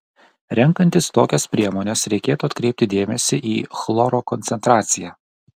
renkantis tokias priemones reikėtų atkreipti dėmesį į chloro koncentraciją